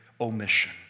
omission